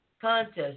contest